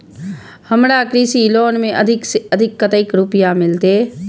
हमरा कृषि लोन में अधिक से अधिक कतेक रुपया मिलते?